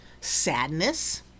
sadness